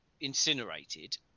incinerated